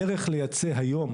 הדרך לייצא היום